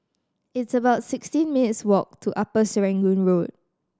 it's about sixteen minutes' walk to Upper Serangoon Road